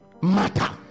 Matter